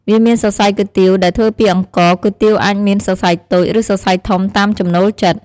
វាមានសរសៃគុយទាវដែលធ្វើពីអង្ករ គុយទាវអាចមានសរសៃតូច ឬសរសៃធំតាមចំណូលចិត្ត។